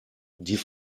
die